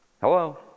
hello